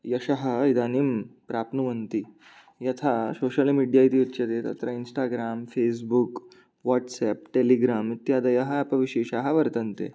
यशः इदानीं प्राप्नुवन्ति यथा सोशल् मिडिया इति उच्यते तत्र इन्स्टाग्राम् फेस्बुक् वाट्साप् टेलिग्राम् इत्यादयः एप् विशेषाः वर्तन्ते